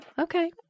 okay